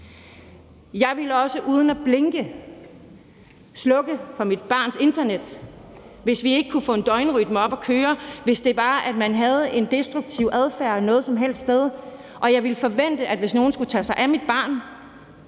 Jeg ville også uden at blinke slukke for mit barns internet, hvis vi ikke kunne få en døgnrytme op at køre, hvis det var, at man havde en destruktiv adfærd noget som helst sted, og jeg ville forvente, at andre, hvis de skulle tage sig af mit barn,